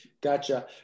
Gotcha